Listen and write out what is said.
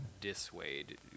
dissuade